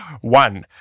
One